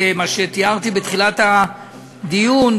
מה שתיארתי בתחילת הדיון,